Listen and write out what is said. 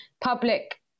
public